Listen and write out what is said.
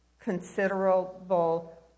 considerable